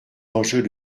enjeux